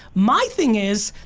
my thing is,